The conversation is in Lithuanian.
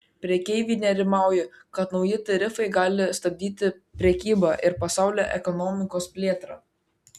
prekeiviai nerimauja kad nauji tarifai gali stabdyti prekybą ir pasaulio ekonomikos plėtrą